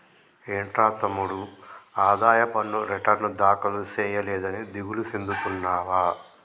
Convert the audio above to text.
ఏంట్రా తమ్ముడు ఆదాయ పన్ను రిటర్న్ దాఖలు సేయలేదని దిగులు సెందుతున్నావా